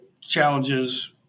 challenges –